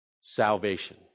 Salvation